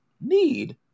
need